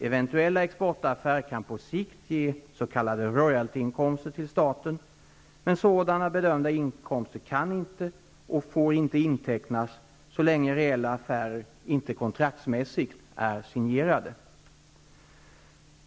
Eventuella exportaffärer kan på sikt ge s.k. royaltyinkomster till staten, men sådana bedömda inkomster kan inte och får inte intecknas så länge reella affärer inte kontraktmässigt är signerade.